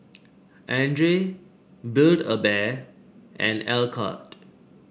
Andre Build A Bear and Alcott